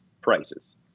prices